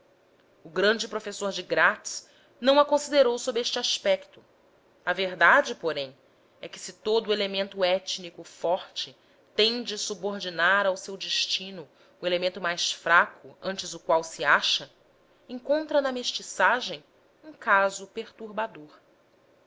o grande professor de gratz não a considerou sob este aspecto a verdade porém é que se todo o elemento étnico forte tende subordinar ao seu destino o elemento mais fraco ante o qual se acha encontra na mestiçagem um caso perturbador